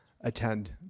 attend